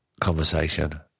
conversation